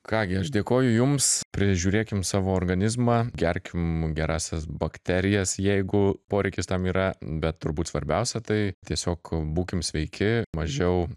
ką gi aš dėkoju jums prižiūrėkim savo organizmą gerkim gerąsias bakterijas jeigu poreikis tam yra bet turbūt svarbiausia tai tiesiog būkim sveiki mažiau